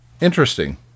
Interesting